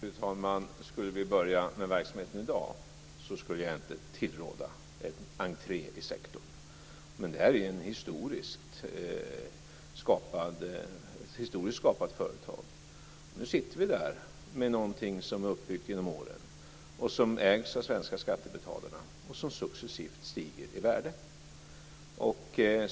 Fru talman! Skulle det gälla att börja med verksamheten i dag, skulle jag inte tillråda en entré i den sektorn, men det här är ett historiskt skapat företag. Nu sitter vi med något som är uppbyggt genom åren. Det ägs av svenska skattebetalare och stiger successivt i värde.